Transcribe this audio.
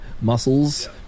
muscles